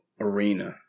arena